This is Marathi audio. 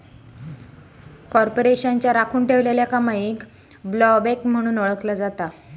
कॉर्पोरेशनच्या राखुन ठेवलेल्या कमाईक ब्लोबॅक म्हणून ओळखला जाता